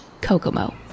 Kokomo